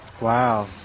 Wow